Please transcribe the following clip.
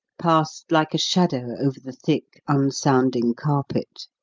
passed like a shadow over the thick, unsounding carpet.